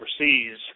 overseas